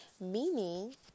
meaning